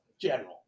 general